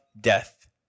death